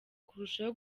kurushaho